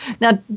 Now